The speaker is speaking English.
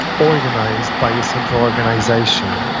organized by a central organization.